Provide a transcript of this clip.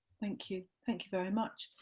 thank you thank you very much.